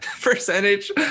percentage